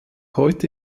heute